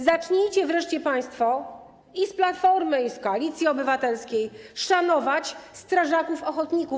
Zacznijcie wreszcie państwo i z Platformy, i z Koalicji Obywatelskiej szanować strażaków ochotników.